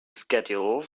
schedule